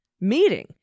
meeting